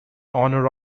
honor